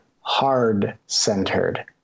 hard-centered